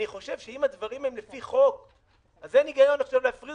אני חושב שאם הדברים הם לפי החוק אז אין היגיון עכשיו להפריד